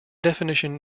definition